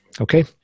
Okay